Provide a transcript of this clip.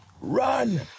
run